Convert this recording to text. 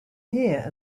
here